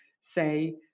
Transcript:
say